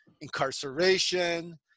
incarceration